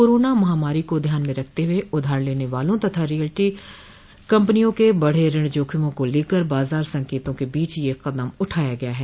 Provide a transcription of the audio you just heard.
corona महामारी को ध्यान में रखते हुए उधार लेने वाला तथा रियल्टी कंपनियों के बढ़े ऋण जोखिमों को लेकर बाजार संकेतों के बीच यह कदम उठाया गया है